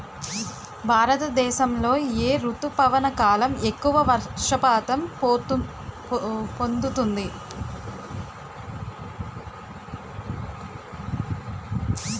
భారతదేశంలో ఏ రుతుపవన కాలం ఎక్కువ వర్షపాతం పొందుతుంది?